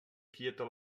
quieta